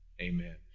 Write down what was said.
Amen